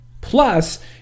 Plus